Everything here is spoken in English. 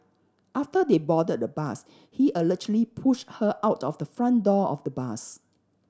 after they boarded the bus he allegedly pushed her out of the front door of the bus